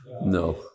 No